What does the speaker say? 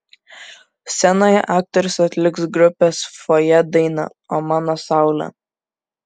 scenoje aktorius atliks grupės fojė dainą o mano saule